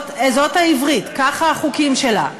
זאת העברית, כך החוקים שלה.